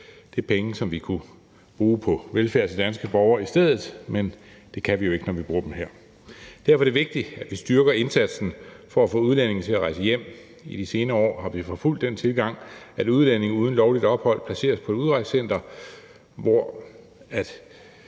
Det er penge, som vi i stedet kunne bruge på velfærd til danske borgere, men det kan vi jo ikke, når vi bruger dem her. Derfor er det vigtigt, at vi styrker indsatsen for at få udlændinge til at rejse hjem. I de senere år har vi forfulgt den tilgang, at udlændinge uden lovligt ophold placeres på et udrejsecenter, hvor